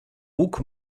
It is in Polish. łuk